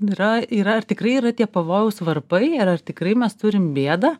yra yra ar tikrai yra tie pavojaus varpai ir ar tikrai mes turim bėdą